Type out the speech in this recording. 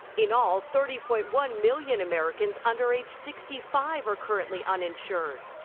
in all, thirty point one million americans under age sixty five are currently uninsured.